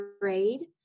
grade